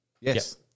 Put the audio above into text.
Yes